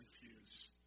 confuse